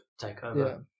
Takeover